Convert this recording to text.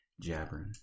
Jabbering